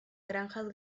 granjas